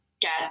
get